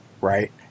right